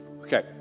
okay